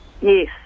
Yes